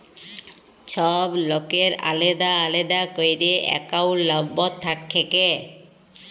ছব লকের আলেদা আলেদা ক্যইরে একাউল্ট লম্বর থ্যাকে